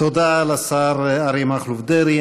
תודה לשר אריה מכלוף דרעי.